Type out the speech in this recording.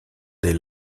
des